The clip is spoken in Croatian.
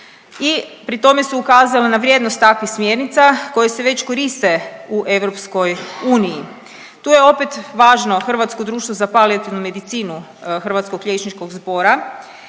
pri tome su ukazali na vrijednost takvih smjernica koje se već koriste u EU. Tu je opet važno Hrvatsko društvo za palijativnu medicinu Hrvatskog liječničkog zbora